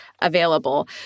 available